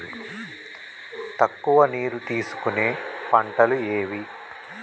తక్కువ నీరు తీసుకునే పంటలు ఏవి?